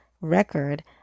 record